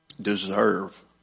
deserve